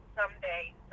someday